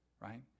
Right